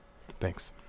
Thanks